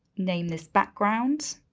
name this background.